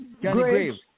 Graves